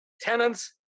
tenants